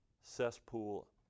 cesspool